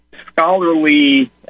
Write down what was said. scholarly